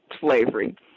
slavery